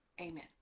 Amen